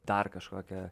dar kažkokią